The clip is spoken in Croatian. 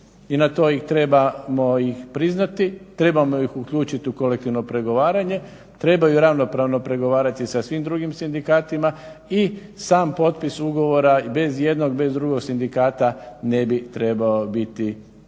i na to ih trebamo priznati, trebamo ih uključiti u kolektivno pregovaranje, trebaju ravnopravno pregovarati sa svim drugim sindikatima i sam potpis ugovora bez jednog, bez drugog sindikata ne bi trebao biti kolektivni